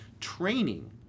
training